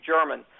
German